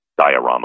diorama